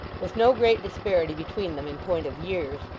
with no great disparity between them in point of years,